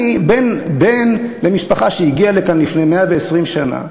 אני בן למשפחה שהגיעה לכאן לפני 120 שנה,